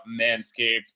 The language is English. Manscaped